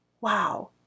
wow